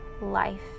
life